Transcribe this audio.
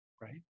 right